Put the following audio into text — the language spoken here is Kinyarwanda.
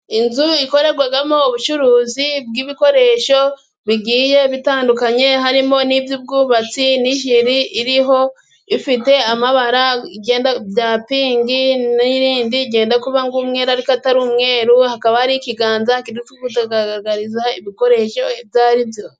Inzu ikorerwamo ubucuruzi bw'ibikoresho bigiye bitandukanye, harimo n'iby'ubwubatsi n'ijire iriho ifite amabara ya pinki n'irindi ryenda kuba nk'umweru ariko atari umweru. Hakaba hari ikiganza kiri kutugaragariza ibikoresho ibyo ari byo.